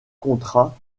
contrat